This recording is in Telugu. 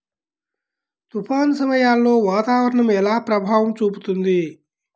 తుఫాను సమయాలలో వాతావరణం ఎలా ప్రభావం చూపుతుంది?